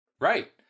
Right